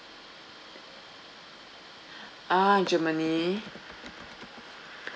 ah germany